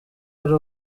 ari